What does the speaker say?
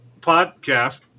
podcast